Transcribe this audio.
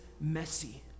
messy